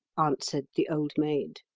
answered the old maid.